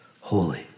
Holy